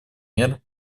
мер